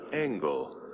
angle